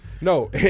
No